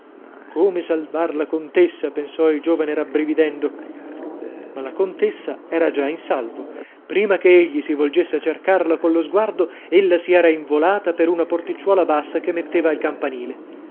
come salvar la contessa pensò il giovane rabbrividendo ma la contessa era già in salvo prima che egli si volgesse a cercarla collo sguardo ella si era involata per una porticiuola bassa che metteva al campanile